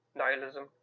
nihilism